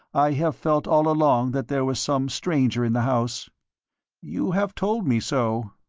i have felt all along that there was some stranger in the house you have told me so.